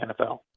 NFL